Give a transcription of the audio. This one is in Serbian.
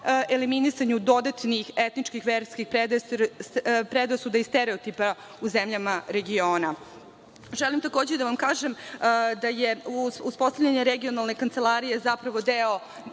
eliminisanju dodatnih etničkih i verskih predrasuda i stereotipa u zemljama regiona. Želim takođe da vam kažem da je uspostavljanje Regionalne kancelarije zapravo deo